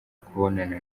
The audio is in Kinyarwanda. kubonana